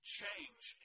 change